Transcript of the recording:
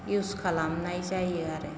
use खलामनाय जायो आरो